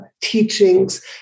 teachings